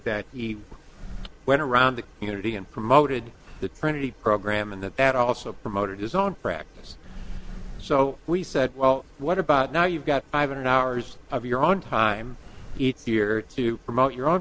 that he went around the community and promoted the trinity program and that also promoted his own practice so we said well what about now you've got five hundred hours of your own time each year to promote your own